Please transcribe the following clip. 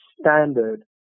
standard